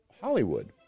hollywood